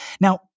Now